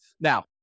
Now